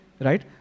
Right